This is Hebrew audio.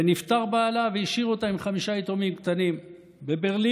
ונפטר בעלה והשאיר אותה עם חמישה יתומים קטנים בברלין